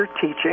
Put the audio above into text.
teaching